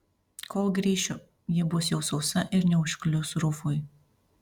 kol grįšiu ji bus jau sausa ir neužklius rufui